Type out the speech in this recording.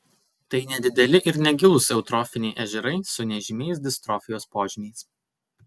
tai nedideli ir negilūs eutrofiniai ežerai su nežymiais distrofijos požymiais